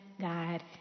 God